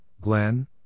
Glenn